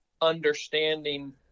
understanding